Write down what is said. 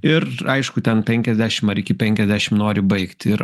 ir aišku ten penkiasdešim ar iki penkiasdešim nori baigti ir